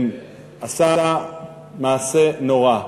עשה מעשה נורא.